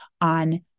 on